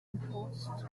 posts